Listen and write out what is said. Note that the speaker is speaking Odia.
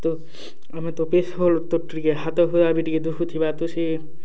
ତ ଆମେ ତ କେଚ୍ ହୋଲଡ଼୍ ତ ହାତହୁତା ବି ଟିକେ ଦୁଖୁଥିବା ତ